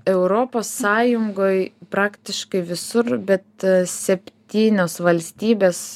europos sąjungoj praktiškai visur bet septynios valstybės